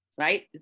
right